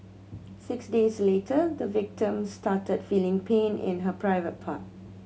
six days later the victim started feeling pain in her private part